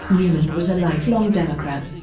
newman was a lifelong democrat.